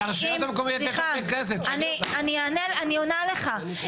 סליחה, אני עונה לך.